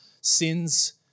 sins